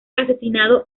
asesinado